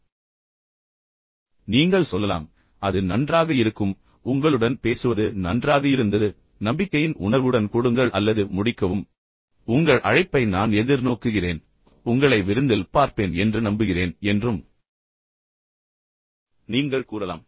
எனவே நீங்கள் சொல்லலாம் அது நன்றாக இருக்கும் உங்களுடன் பேசுவது நன்றாக இருந்தது பின்னர் நம்பிக்கையின் உணர்வுடன் கொடுங்கள் அல்லது முடிக்கவும் உங்கள் அழைப்பை நான் எதிர்நோக்குகிறேன் என்று நீங்கள் கூறலாம் உங்களை விருந்தில் பார்ப்பேன் என்று நம்புகிறேன் என்றும் நீங்கள் கூறலாம்